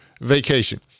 vacation